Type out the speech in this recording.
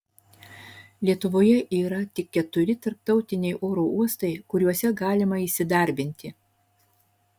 lietuvoje yra tik keturi tarptautiniai oro uostai kuriuose galima įsidarbinti